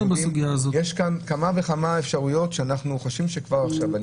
יש כאן כמה אפשרויות שאנחנו חושבים שכבר עכשיו צריך לטפל בזה.